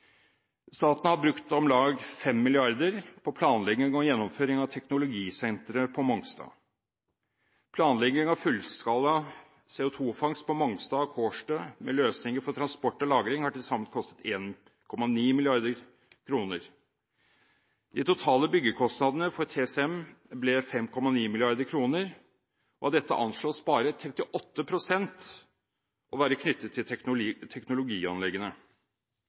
Staten har brukt om lag 5 mrd. kr på planlegging og gjennomføring av teknologisenteret på Mongstad. Planlegging av fullskala CO2-fangst på Mongstad og Kårstø med løsninger for transport og lagring har til sammen kostet 1,9 mrd. kr. De totale byggekostnadene for TCM ble 5,9 mrd. kr. Av dette anslås bare 38 pst. å være knyttet til teknologianleggene